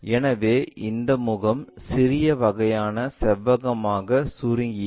எனவே இந்த முகம் சிறிய வகையான செவ்வகமாக சுருங்கியது